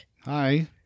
Hi